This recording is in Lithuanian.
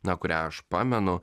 na kurią aš pamenu